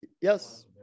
Yes